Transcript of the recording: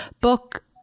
book